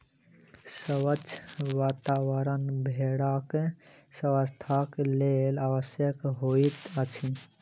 स्वच्छ वातावरण भेड़क स्वास्थ्यक लेल आवश्यक होइत अछि